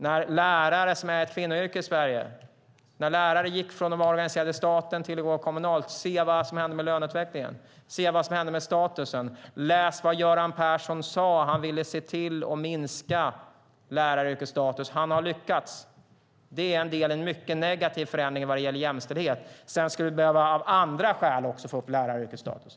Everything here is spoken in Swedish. När lärare, som är ett kvinnoyrke i Sverige, gick från att vara organiserade av staten till att vara kommunala: Se vad som hände med löneutvecklingen! Se vad som hände med statusen! Läs vad Göran Persson sade! Han ville se till att minska läraryrkets status. Han har lyckats. Det är en del i en mycket negativ förändring vad gäller jämställdhet. Sedan skulle du också av andra skäl behöva få upp läraryrkets status.